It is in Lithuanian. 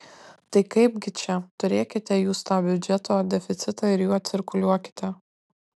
tai kaipgi čia turėkite jūs tą biudžeto deficitą ir juo cirkuliuokite